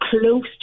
close